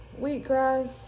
wheatgrass